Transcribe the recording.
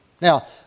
Now